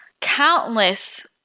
countless